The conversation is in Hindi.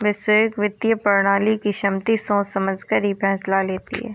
वैश्विक वित्तीय प्रणाली की समिति सोच समझकर ही फैसला लेती है